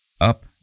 Up